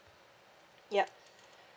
yup